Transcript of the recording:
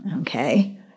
Okay